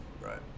Right